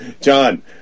John